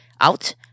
out